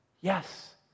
Yes